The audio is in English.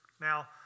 Now